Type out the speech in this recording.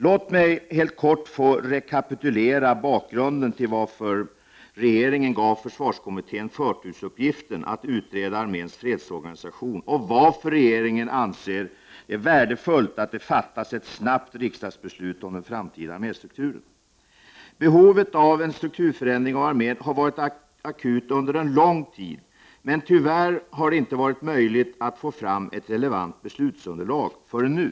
Låt mig helt kort få rekapitulera bakgrunden till att regeringen gav försvarskommittén förtursuppgiften att utreda arméns fredsorganisation och varför regeringen anser att det är värdefullt att det snabbt fattas ett riksdagsbeslut om den framtida arméstrukturen. Behovet av en strukturförändring av armén har varit akut under en lång tid, men tyvärr har det inte varit möjligt att få fram ett relevant beslutsunderlag förrän nu.